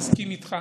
מסכים איתך.